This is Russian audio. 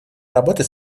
работы